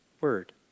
word